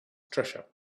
treasure